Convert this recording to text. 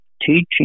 teaching